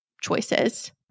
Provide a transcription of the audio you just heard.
choices